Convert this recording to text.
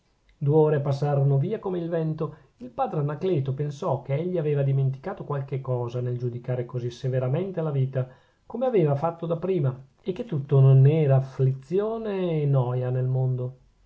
due ore passarono via come il vento il padre anacleto pensò che egli aveva dimenticato qualche cosa nel giudicare così severamente la vita come aveva fatto da prima e che tutto non era afflizione o noia nel mondo